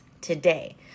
today